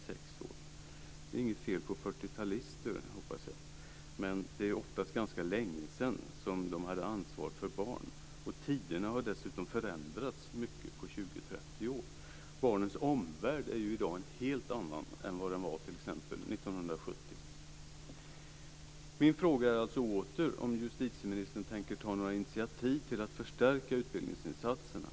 Det är inget fel på 40-talister, hoppas jag, men det är oftast ganska länge sedan som de hade ansvar för barn. Tiderna har dessutom förändrats mycket på 20-30 år. Barnens omvärld är ju i dag en helt annan än vad den var t.ex. 1970. Min fråga är alltså åter om justitieministern tänker ta några initiativ till att förstärka utbildningsinsatserna.